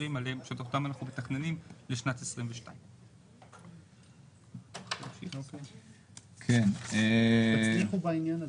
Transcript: שוטרים שאותם מתכננים לשנת 2022. שתצליחו בעניין הזה.